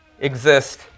exist